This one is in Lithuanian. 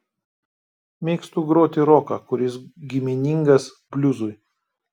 mėgstu groti roką kuris giminingas bliuzui